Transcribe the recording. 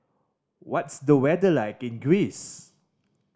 what's the weather like in Greece